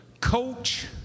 coach